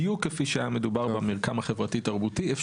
בדיוק כפי שהיה מדובר על המרקם החברתי תרבותי,